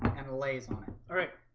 and lays all right.